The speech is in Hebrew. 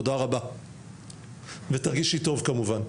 תודה רבה ותרגישי טוב כמובן.